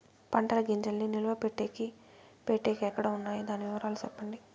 పంటల గింజల్ని నిలువ పెట్టేకి పెట్టేకి ఎక్కడ వున్నాయి? దాని వివరాలు సెప్పండి?